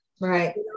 Right